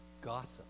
Gossip